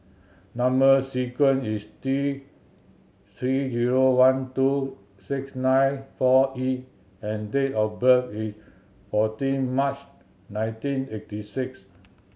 number sequence is T Three zero one two six nine four E and date of birth is fourteen March nineteen eighty six